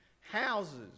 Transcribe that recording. Houses